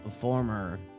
former